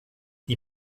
die